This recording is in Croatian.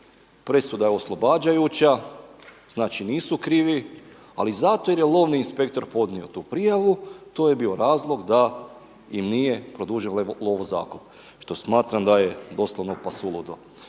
presuda je oslobađajuća, znači nisu krivi ali zato jer je lovni inspektor podnio tu prijavu, to je bio razlog da im nije produžio lovozakup što smatram da je doslovno pa suludo.